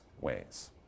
ways